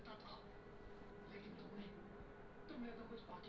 भारत में दीन दयाल उपाध्याय ग्रामीण कौशल योजना क कई ट्रेनिंग सेन्टर हौ